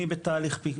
מי בתהליך רישוי,